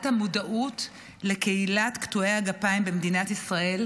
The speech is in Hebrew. המודעות לקהילת קטועי הגפיים במדינת ישראל,